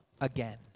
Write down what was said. again